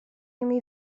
imi